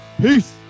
peace